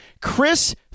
Chris